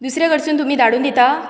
दुसरे कडसून तुमी धाडून दिता